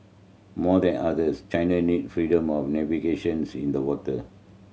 more than others China need freedom of navigation's in the water